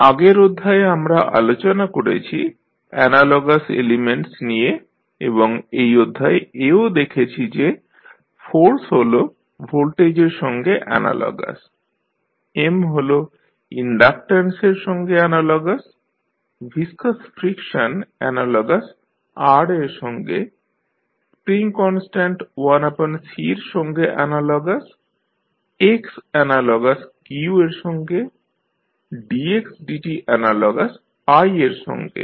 আগের অধ্যায়ে আমরা আলোচনা করেছি অ্যানালগাস এলিমেন্টস নিয়ে এবং এই অধ্যায়ে এও দেখেছি যে ফোর্স হল ভোল্টেজের সঙ্গে অ্যানালগাস M হল ইনডাকট্যান্সের সঙ্গে analogous viscous friction analogous R এর সঙ্গে স্প্রিং কনস্ট্যান্ট 1C র সঙ্গে অ্যানালগাস x অ্যানালগাস q এর সঙ্গে dxdt অ্যানালগাস i এর সঙ্গে